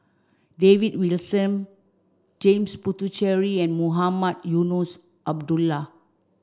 David Wilson James Puthucheary and Mohamed Eunos Abdullah